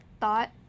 thought